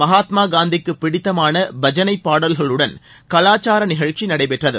மகாத்மா காந்திக்கு பிடித்தமான பஜனை பாடல்களுடன் கலாச்சார நிகழ்ச்சி நடைபெற்றது